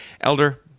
Elder